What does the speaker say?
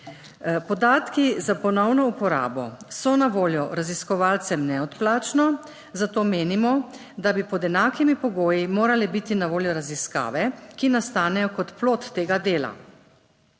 Podatki za ponovno uporabo so na voljo raziskovalcem neodplačno, zato menimo, da bi pod enakimi pogoji morale biti na voljo raziskave, ki nastanejo kot plod tega dela.